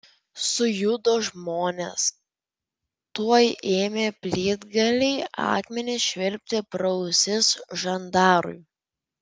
sujudo žmonės tuoj ėmė plytgaliai akmenys švilpti pro ausis žandarui